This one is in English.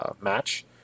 match